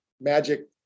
magic